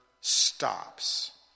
stops